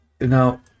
Now